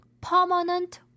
permanent